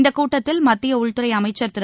இந்தக் கூட்டத்தில் மத்திய உள்துறை அமைச்சர் திரு